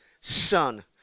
son